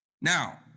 Now